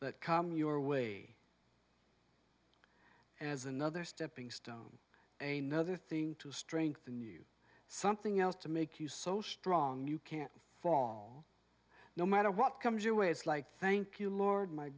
that come your way as another stepping stone a nother thing to strengthen you something else to make you so strong you can't fall no matter what comes your way is like thank you lord my